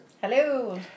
Hello